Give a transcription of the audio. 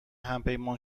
همپیمان